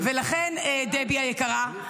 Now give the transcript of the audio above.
ולכן, דבי היקרה,